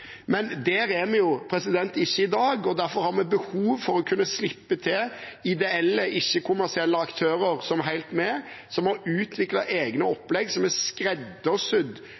men der er vi ikke i dag. Derfor har vi behov for å kunne slippe til ideelle ikke-kommersielle aktører som Helt Med, som har utviklet egne opplegg som er